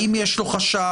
האם יש לו חשד,